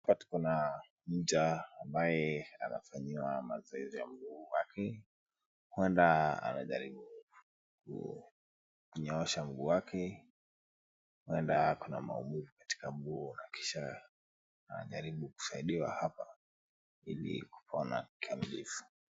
Hapa tuko na mja ambaye anafanyiwa mazoezi ya mguu wake. Huenda anajaribu kunyoosha mguu wake. Huenda ako na maumivu katika mguu na kisha anajaribu kusaidiwa hapa ili kupona kabisa.